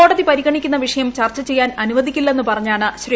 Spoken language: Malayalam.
കോടതി പരിഗണിക്കുന്ന വിഷയം ചർച്ച ചെയ്യാൻ അനുവദിക്കില്ലെന്ന് പറഞ്ഞാണ് ശ്രീ